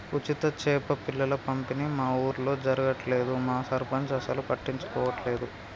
ఉచిత చేప పిల్లల పంపిణీ మా ఊర్లో జరగట్లేదు మా సర్పంచ్ అసలు పట్టించుకోవట్లేదు